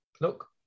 look